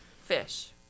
fish